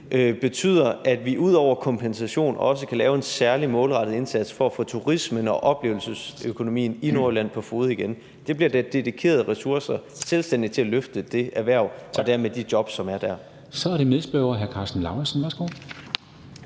betyder, at vi ud over kompensation også kan lave en særlig målrettet indsats for at få turismen og oplevelsesøkonomien i Nordjylland på fode igen. Der bliver dedikeret ressourcer til selvstændigt at løfte det erhverv og dermed de jobs, som er der. Kl. 17:43 Formanden (Henrik